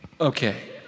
Okay